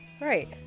Right